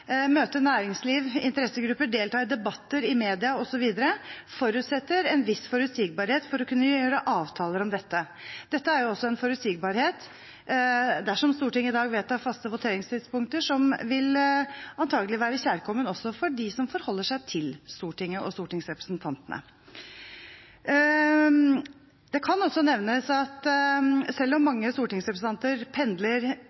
møte næringsliv, interessegrupper, delta i debatter i media osv., forutsetter en viss forutsigbarhet for å kunne gjøre avtaler om dette. Dette er en forutsigbarhet – dersom Stortinget i dag vedtar faste voteringstidspunkter – som antagelig vil være kjærkommen også for dem som forholder seg til Stortinget og stortingsrepresentantene. Det kan også nevnes at selv om